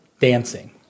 dancing